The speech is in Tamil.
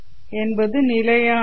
மற்றும் இதில் Ф என்பதுநிலையானது